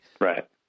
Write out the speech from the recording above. Right